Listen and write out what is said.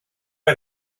got